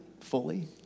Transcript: fully